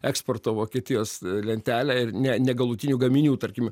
eksporto vokietijos lentelę ir ne negalutinių gaminių tarkim